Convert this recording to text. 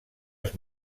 els